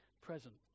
present